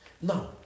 now